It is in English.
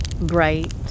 bright